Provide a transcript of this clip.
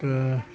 दा